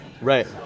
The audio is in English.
Right